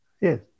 Yes